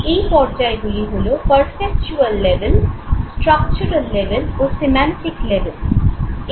এই পর্যায়গুলি হলো "পারসেপচুয়াল লেভেল" "স্ট্রাকচারাল লেভেল" ও "সিম্যান্টিক লেভেল"